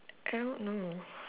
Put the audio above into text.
I don't know